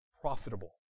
profitable